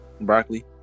Broccoli